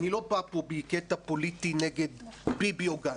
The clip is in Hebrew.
אני לא בא פה בקטע פוליטי נגד ביבי או גנץ,